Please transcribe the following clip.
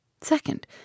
second